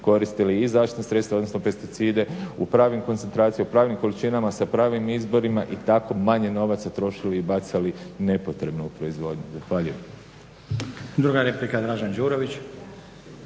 koristili i zaštitna sredstva, odnosno pesticide u pravim koncentracijama, u pravim količinama sa pravim izborima i tako manje novaca trošili i bacali nepotrebno u proizvodnju.